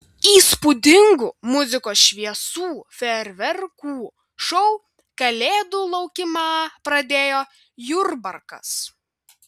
įspūdingu muzikos šviesų fejerverkų šou kalėdų laukimą pradėjo jurbarkas